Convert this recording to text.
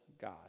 God